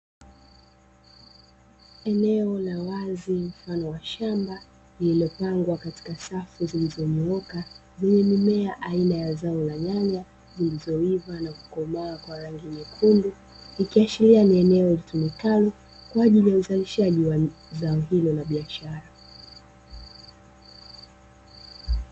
Eneo la wazi mfano wa shamba lililopangwa katika safu zilizonyooka yenye mimea aina ya zao la nyanya zilizoiva na kukomaa kwa rangi nyekundu, ikiashiria ni eneo litumikalo kwa ajili ya uzalishaji wa zao hilo la biashara.